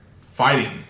fighting